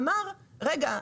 אמר: רגע,